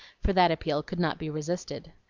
for that appeal could not be resisted.